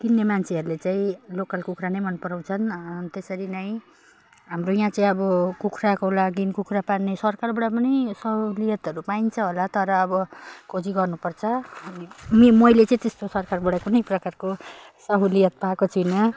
किन्ने मान्छेहरूले चाहिँ लोकल कुखुरा नै मन पराउँछन् त्यसरी नै हाम्रो यहाँ चाहिँ अब कुखुराको लागि कुखुरा पाल्ने सरकारबाट पनि सहुलियतहरू पाइन्छ होला तर अब खोजी गर्नुपर्छ अनि मे मैले चाहिँ त्यस्तो सरकारबाट कुनै प्रकारको सहुलियत पाएको छुइनँ